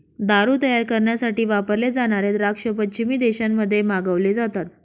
दारू तयार करण्यासाठी वापरले जाणारे द्राक्ष पश्चिमी देशांमध्ये मागवले जातात